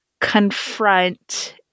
confront